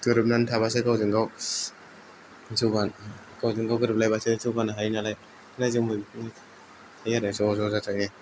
गोरोबनानै थाब्लासो गावजों गाव जौगानो गावजोंगाव गोरोबलायबासो जौगानो हायो नालाय जोंबो बिदिनो थायो आरो ज'ज' जाजाय